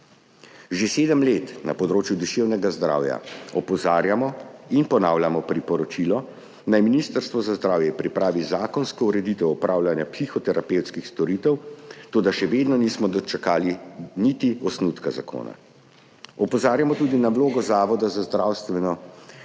Že sedem let na področju duševnega zdravja opozarjamo in ponavljamo priporočilo, naj Ministrstvo za zdravje pripravi zakonsko ureditev opravljanja psihoterapevtskih storitev, toda še vedno nismo dočakali niti osnutka zakona. Opozarjamo tudi na vlogo Zavoda za zdravstveno